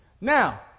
Now